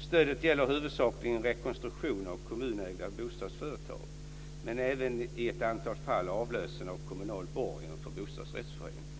Stödet gäller huvudsakligen rekonstruktion av kommunägda bostadsföretag, men även i ett antal fall avlösen av kommunal borgen för bostadsrättsföreningar.